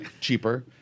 cheaper